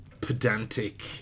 pedantic